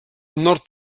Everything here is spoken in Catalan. nord